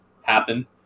happen